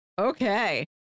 okay